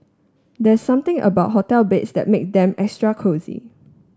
there's something about hotel beds that makes them extra cosy